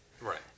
Right